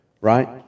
right